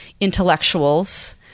intellectuals